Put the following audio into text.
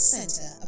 Center